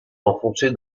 enfoncé